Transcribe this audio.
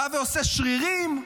בא ועושה שרירים,